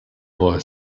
boy